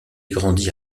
grandit